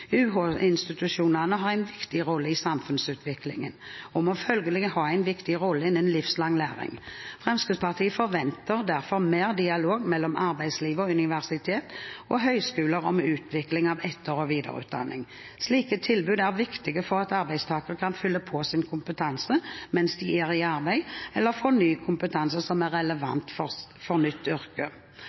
UH-institusjonene har en viktig rolle i samfunnsutviklingen og må følgelig ha en viktig rolle innen livslang læring. Fremskrittspartiet forventer derfor mer dialog mellom arbeidslivet og universitet og høyskoler om utviklingen av etter- og videreutdanning. Slike tilbud er viktige for at arbeidstakere skal kunne fylle på sin kompetanse mens de er i arbeid, eller få ny kompetanse som er relevant for et nytt yrke.